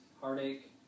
heartache